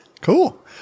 Cool